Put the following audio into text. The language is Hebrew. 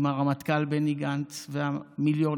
עם הרמטכ"ל בני גנץ והמיליונים